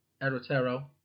Erotero